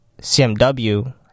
CMW